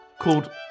called